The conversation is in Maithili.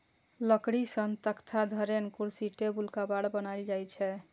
लकड़ी सं तख्ता, धरेन, कुर्सी, टेबुल, केबाड़ बनाएल जाइ छै